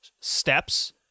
steps